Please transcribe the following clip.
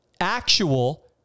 actual